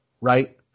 right